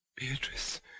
Beatrice